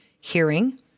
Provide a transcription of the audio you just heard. hearing